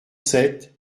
sept